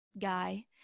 guy